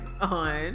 on